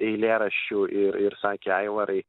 eilėraščių ir ir sakė aivarai